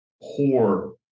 poor